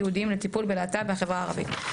שייעודיים לטיפול בלהט״ב בחברה הערבית.